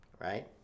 right